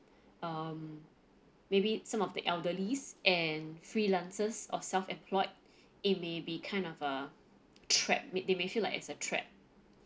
um maybe some of the elderlies and freelancers or self-employed it may be kind of a trap they may feel like it's a trap